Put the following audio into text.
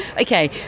okay